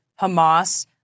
Hamas